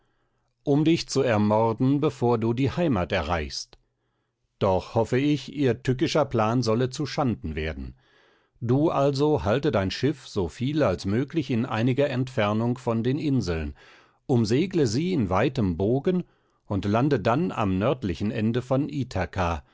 um dich zu ermorden bevor du die heimat erreichst doch hoffe ich ihr tückischer plan solle zu schanden werden du also halte dein schiff so viel als möglich in einiger entfernung von den inseln umsegle sie im weiten bogen und lande dann am nördlichen ende von